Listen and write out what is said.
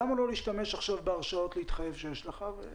למה לא להשתמש עכשיו בהרשאות להתחייב שיש לך ולהתחיל לעבוד?